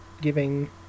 giving